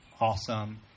awesome